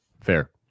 Fair